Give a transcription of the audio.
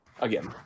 again